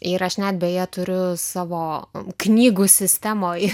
ir aš net beje turiu savo knygų sistemoj